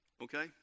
Okay